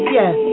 Yes